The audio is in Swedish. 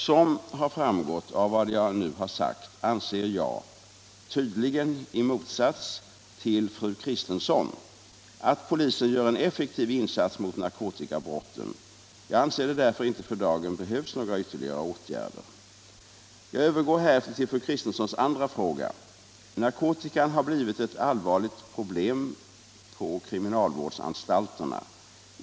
Som har framgått av vad jag nu har sagt anser jag — tydligen i motsats till fru Kristensson — att polisen gör en effektiv insats mot narkotikabrotten. Jag anser därför inte att det för dagen behövs några ytterligare åtgärder. Jag övergår härefter till fru Kristenssons andra fråga. Narkotika har blivit ett allvarligt problem på kriminalvårdsanstalterna.